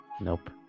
nope